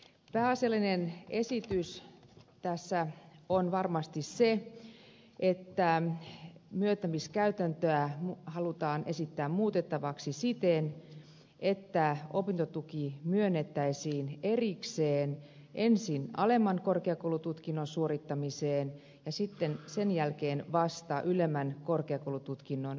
pääasiallinen esitys tässä on varmasti se että myöntämiskäytäntöä halutaan esittää muutettavaksi siten että opintotuki myönnettäisiin erikseen ensin alemman korkeakoulututkinnon suorittamiseen ja sitten sen jälkeen vasta ylemmän korkeakoulututkinnon suorittamiseen